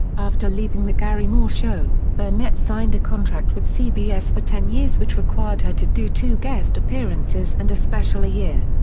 after leaving the garry moore show, burnett signed a contract with cbs for ten years which required her to do two guest appearances and a special a year.